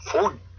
food